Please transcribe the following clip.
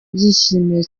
yishimiye